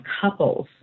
couples